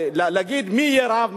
להגיד מי יהיה רב,